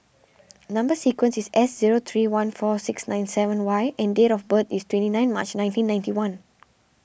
Number Sequence is S zero three one four six nine seven Y and date of birth is twenty nine March nineteen ninety one